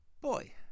Boy